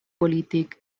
polític